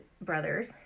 brothers